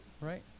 Right